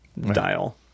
dial